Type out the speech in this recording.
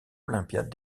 olympiades